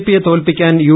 പിയെ തോൽപ്പിക്കാൻ യു